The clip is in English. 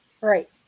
Right